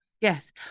yes